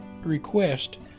request